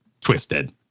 twisted